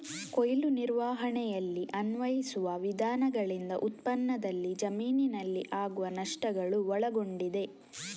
ಕೊಯ್ಲು ನಿರ್ವಹಣೆಯಲ್ಲಿ ಅನ್ವಯಿಸುವ ವಿಧಾನಗಳಿಂದ ಉತ್ಪನ್ನದಲ್ಲಿ ಜಮೀನಿನಲ್ಲಿ ಆಗುವ ನಷ್ಟಗಳು ಒಳಗೊಂಡಿದೆ